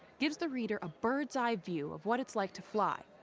gives the reader a bird's eye view of what it's like to fly,